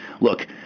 Look